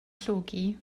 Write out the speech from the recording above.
llogi